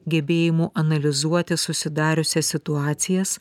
gebėjimu analizuoti susidariusias situacijas